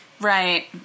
Right